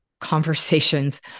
conversations